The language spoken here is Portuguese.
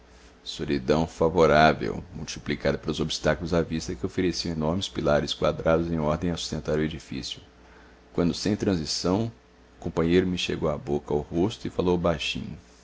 solidão favorável multiplicada pelos obstáculos à vista que ofereciam enormes pilares quadrados em ordem a sustentar o edifício quando sem transição o companheiro chegou-me a boca ao rosto e falou baixinho